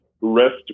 rest